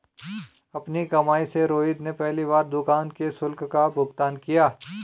अपनी कमाई से रोहित ने पहली बार दुकान के शुल्क का भुगतान किया